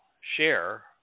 share